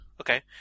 Okay